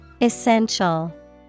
Essential